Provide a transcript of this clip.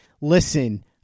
listen